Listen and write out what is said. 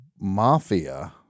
mafia